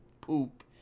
poop